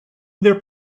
their